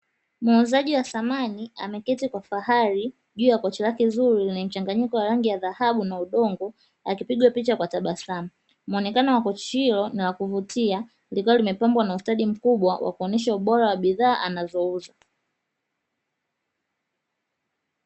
Muuzaji wa samani ameketi Kwa fahari juu ya kochi lake zuri lenye mchanganyiko wa rangi ya dhahabu na udongo akipigwa picha Kwa tabasamu; muonekano wa kochi hilo na wakuvutia likiwa limepambwa Kwa ustadi mkubwa wa kuonyesha ubora wa bidhaa anazouza.